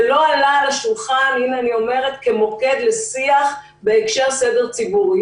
זה לא עלה על השולחן כמוקד לשיח בהקשר לסדר ציבורי